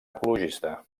ecologista